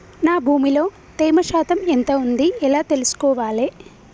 నా భూమి లో తేమ శాతం ఎంత ఉంది ఎలా తెలుసుకోవాలే?